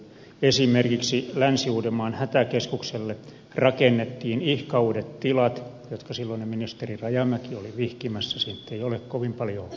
esimerkiksi länsi uudenmaan hätäkeskukselle rakennettiin ihka uudet tilat jotka silloinen ministeri rajamäki oli vihkimässä siitä ei ole kovin paljoa aikaa